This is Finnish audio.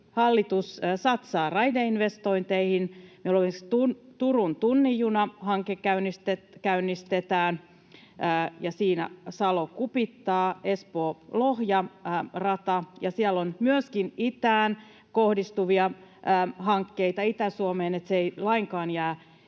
hallitus satsaa raideinvestointeihin. Turun tunnin juna -hanke käynnistetään ja siinä Salo—Kupittaa- ja Espoo—Lohja-rata. Siellä on myöskin Itä-Suomeen kohdistuvia hankkeita, eli se ei lainkaan jää ilman,